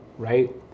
right